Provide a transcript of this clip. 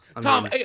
Tom